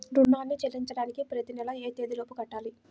రుణాన్ని చెల్లించడానికి ప్రతి నెల ఏ తేదీ లోపు కట్టాలి?